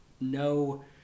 no